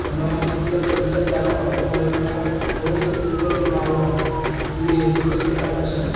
हमार केतना पईसा जमा हो गएल बा होम लोन वाला मे कइसे पता चली?